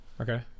Okay